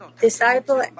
disciple